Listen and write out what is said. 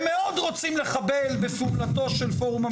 הם מאוד רוצים לחבל בפעולתו של פורום המשפחות.